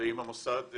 ועם המוסד?